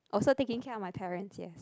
oh so taking care of my parents yes